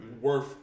worth